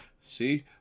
See